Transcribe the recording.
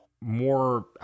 more